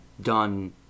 done